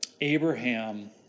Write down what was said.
Abraham